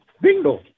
bingo